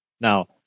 now